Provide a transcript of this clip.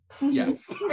Yes